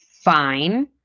fine